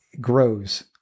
grows